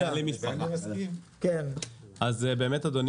אדוני,